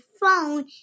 phone